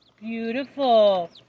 Beautiful